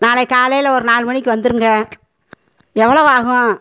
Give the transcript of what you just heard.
நாளைக்கு காலையில் ஒரு நாலு மணிக்கு வந்துடுங்க எவ்வளவு ஆகும்